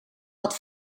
wat